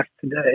today